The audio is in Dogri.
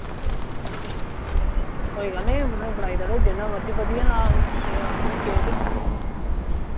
कोई गल्ल नि तुसें बनाई देऊड़ां जिन्ना मर्जी बधिया ना केह् आक्खो तुस केक